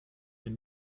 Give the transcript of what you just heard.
hier